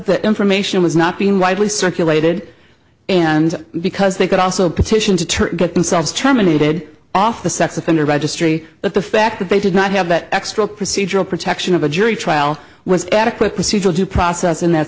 that information was not being widely circulated and because they could also petition to turn themselves terminated off the sex offender registry but the fact that they did not have that extra procedural protection of a jury trial was adequate procedural due process in that